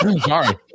Sorry